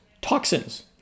toxins